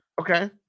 Okay